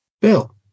Bill